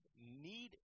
need